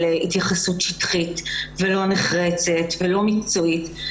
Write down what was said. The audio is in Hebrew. התייחסות שטחית ולא נחרצת ולא מקצועית.